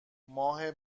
ماه